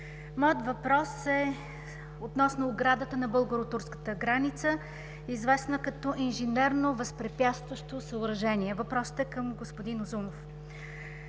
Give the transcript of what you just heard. Моят въпрос е относно оградата на българо-турската граница, известна като „инженерно възпрепятстващо съоръжение“. Въпросът е господин Узунов.